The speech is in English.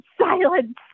silence